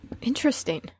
Interesting